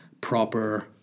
proper